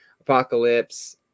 Apocalypse